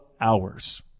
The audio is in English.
hours